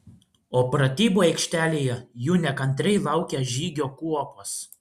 o pratybų aikštelėje jų nekantriai laukė žygio kuopos